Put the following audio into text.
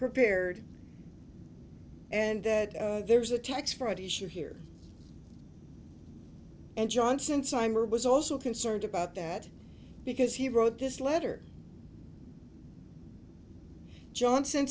prepared and that there was a tax fraud issue here and johnson signed or was also concerned about that because he wrote this letter johnson